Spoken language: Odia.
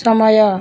ସମୟ